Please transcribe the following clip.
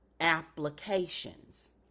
applications